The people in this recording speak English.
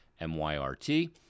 m-y-r-t